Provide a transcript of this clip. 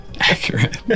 Accurate